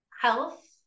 health